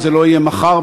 וזה לא יהיה מחר,